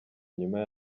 nyuma